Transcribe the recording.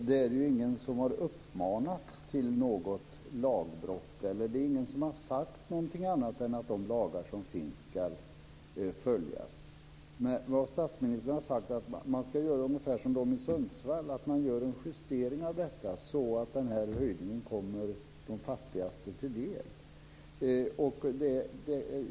Fru talman! Det är ingen som har uppmanat till något lagbrott. Det är ingen som har sagt någonting annat än att de lagar som finns ska följas. Vad statsministern har sagt är att man ska göra ungefär som de gör i Sundsvall. Man gör en justering så att höjningen kommer de fattigaste till del.